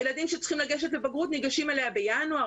הילדים שצריכים לגשת לבגרות ניגשים אליה בינואר.